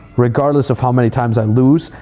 regardless of how many times i lose,